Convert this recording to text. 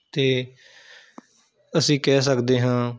ਅਤੇ ਅਸੀਂ ਕਹਿ ਸਕਦੇ ਹਾਂ